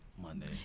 Monday